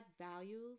values